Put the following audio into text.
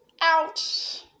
Ouch